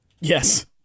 Yes